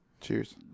Cheers